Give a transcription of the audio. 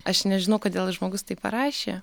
aš nežinau kodėl žmogus taip parašė